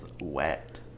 wet